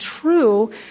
true